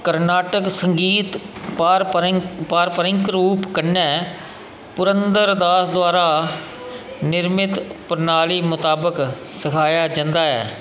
कर्नाटक संगीत पारपरिंक पारपरिंक रूप कन्नै पुरंदर दास द्वारा निर्मित प्रणाली मताबक सखाया जंदा ऐ